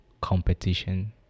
competition